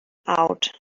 out